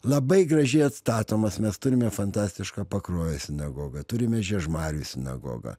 labai gražiai atstatomos mes turime fantastišką pakruojo sinagogą turime žiežmarių sinagogą